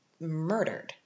murdered